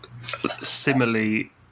similarly